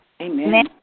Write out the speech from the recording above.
Amen